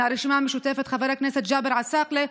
מהרשימה המשותפת חבר הכנסת ג'אבר עסאקלה,